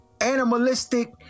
animalistic